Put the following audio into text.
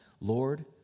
Lord